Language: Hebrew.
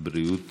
בריאות